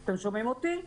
אתם שומעים אותי?